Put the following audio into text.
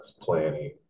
planning